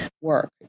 work